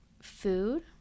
food